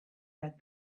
read